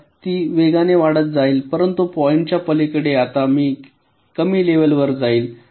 तर ती वेगाने वाढत जाईल परंतु पॉईंट च्या पलीकडे आता ती कमी लेव्हल वर जाईल